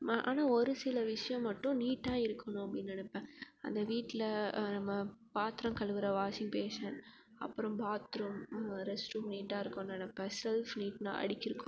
மா ஆனால் ஒரு சில விஷயம் மட்டும் நீட்டாக இருக்கணும் அப்படின்னு நினப்பேன் அந்த வீட்டில் நம்ம பாத்திரம் கழுவுற வாஷிங் பேஷன் அப்புறம் பாத்ரூம் ரெஸ்ட் ரூம் நீட்டாக இருக்கணுன்னு நினப்பேன் ஸெல்ஃப் நீட்டாக அடிக்கியிருக்கணும்